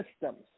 systems